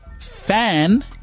fan